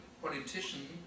politician